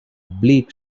bleak